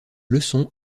leçons